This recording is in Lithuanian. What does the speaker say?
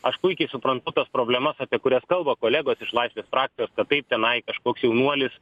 aš puikiai suprantu tas problemas apie kurias kalba kolegos iš laisvės frakcijos kad taip tenai kažkoks jaunuolis